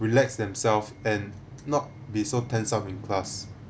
relax themselves and not be so tense up in class